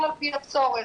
הצורך.